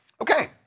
Okay